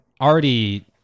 already